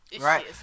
Right